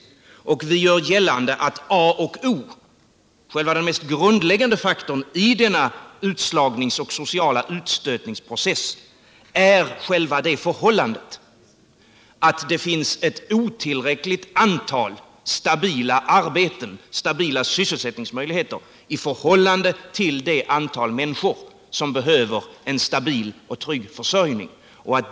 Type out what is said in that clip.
Vi gör gällande att A och O, den mest grundläggande faktorn, i denna utslagningsoch sociala utstötningsprocess är det förhållandet att det finns ett otillräckligt antal stabila arbeten, stabila sysselsättningsmöjligheter, i förhål lande till det antal människor som behöver en stabil och trygg försörjning.